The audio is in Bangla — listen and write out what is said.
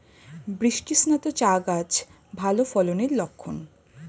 বৃষ্টিস্নাত চা গাছ ভালো ফলনের লক্ষন